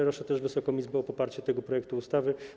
Proszę też Wysoką Izbę o poparcie tego projektu ustawy.